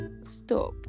stop